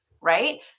right